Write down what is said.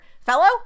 fellow